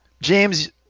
James